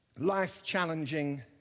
life-challenging